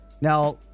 Now